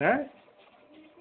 হ্যাঁ